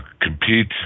compete